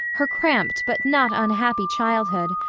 her cramped but not unhappy childhood,